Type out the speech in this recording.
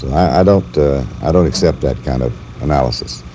i don't i don't accept that kind of analysis.